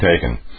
taken